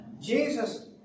Jesus